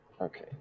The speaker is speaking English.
Okay